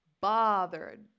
bothered